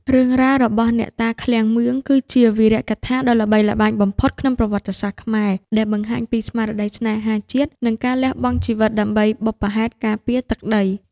រឿងរ៉ាវរបស់ អ្នកតាឃ្លាំងមឿង គឺជាវីរកថាដ៏ល្បីល្បាញបំផុតក្នុងប្រវត្តិសាស្ត្រខ្មែរ ដែលបង្ហាញពីស្មារតីស្នេហាជាតិ និងការលះបង់ជីវិតដើម្បីបុព្វហេតុការពារទឹកដី។